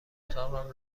اتاقم